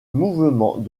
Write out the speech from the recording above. mouvements